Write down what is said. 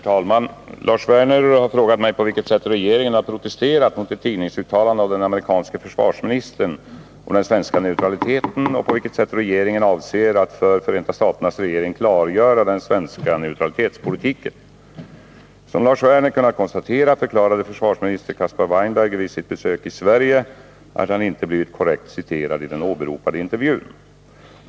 Herr talman! Lars Werner har frågat mig på vilket sätt regeringen har protesterat mot ett tidningsuttalande av den amerikanske försvarsministern om den svenska neutraliteten och på vilket sätt regeringen avser att för Förenta staternas regering klargöra den svenska neutralitetspolitiken. Som Lars Werner kunnat konstatera förklarade försvarsministern Caspar Weinberger vid sitt besök i Sverige, att han inte blivit korrekt citerad i den åberopade intervjun.